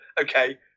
okay